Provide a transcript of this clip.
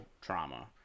trauma